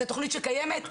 זאת תוכנית שקיימת,